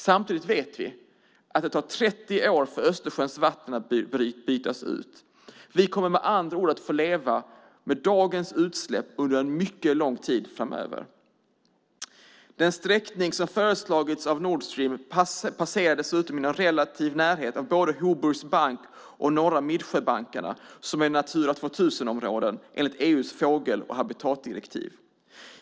Samtidigt vet vi att det tar 30 år för Östersjöns vatten att bytas ut. Vi kommer med andra ord att få leva med dagens utsläpp under en mycket lång tid framöver. Den sträckning som föreslagits av Nord Stream går dessutom relativt nära både Hoburgsbanken och Norra Midsjöbankarna som är Natura 2000-områden enligt EU:s fågel och habitatdirektiv.